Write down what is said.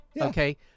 Okay